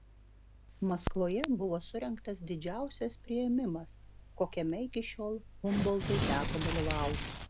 maskvoje buvo surengtas didžiausias priėmimas kokiame iki šiol humboltui teko dalyvauti